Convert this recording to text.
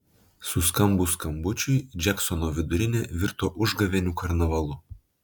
suskambus skambučiui džeksono vidurinė virto užgavėnių karnavalu